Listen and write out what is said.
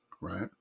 right